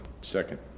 Second